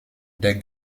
des